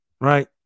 right